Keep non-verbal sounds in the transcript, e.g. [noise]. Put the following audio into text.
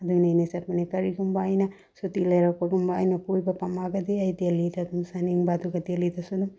[unintelligible] ꯀꯔꯤꯒꯨꯝꯕ ꯑꯩꯅ ꯁꯨꯇꯤ ꯂꯣꯏꯔꯛꯄꯒꯨꯝꯕ ꯑꯩꯅ ꯀꯣꯏꯕ ꯄꯥꯝꯃꯛꯑꯒꯗꯤ ꯑꯩ ꯗꯦꯜꯍꯤꯗ ꯑꯗꯨꯝ ꯆꯠꯅꯤꯡꯕ ꯑꯗꯨꯒ ꯗꯦꯜꯍꯤꯗꯁꯨ ꯑꯗꯨꯝ